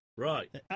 Right